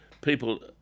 people